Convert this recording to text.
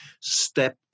step